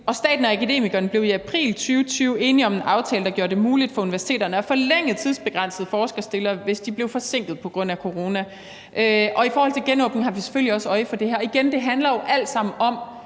staten og Akademikerne blev i april 2020 enige om en aftale, der gjorde det muligt for universiteterne at forlænge tidsbegrænsede forskerstillinger, hvis de blev forsinket på grund af corona. Og i forhold til genåbning har vi selvfølgelig også øje på det her. Igen: Det handler jo alt sammen om,